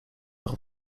nog